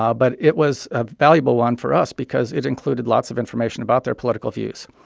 ah but it was a valuable one for us because it included lots of information about their political views.